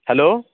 hello